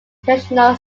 international